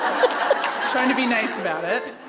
um to be nice about it